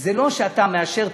זה לא שאתה מאשר תקציב,